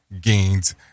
gains